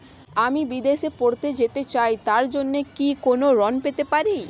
আমি বিদেশে পড়তে যেতে চাই তার জন্য কি কোন ঋণ পেতে পারি?